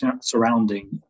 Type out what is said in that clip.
surrounding